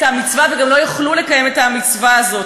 המצווה וגם לא יוכלו לקיים את המצווה הזאת.